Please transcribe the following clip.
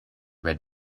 red